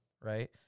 right